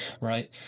right